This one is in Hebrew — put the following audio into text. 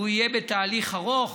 בתהליך ארוך.